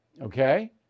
okay